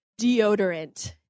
deodorant